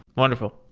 wonderful.